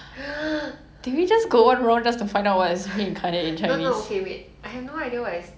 I don't know but let's not why why abortion why so sudden are you just curious